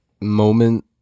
moment